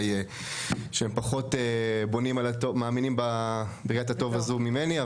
הם פחות מאמינים בראיית הטוב הזו ממני,